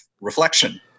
reflection